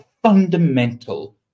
fundamental